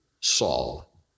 Saul